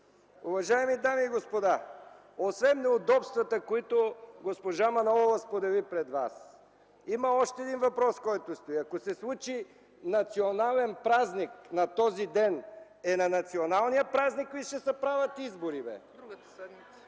Уважаеми дами и господа, освен неудобствата, които госпожа Манолова сподели пред вас, има още един въпрос, който стои. Ако се случи национален празник на този ден – на националния празник ли ще се правят избори?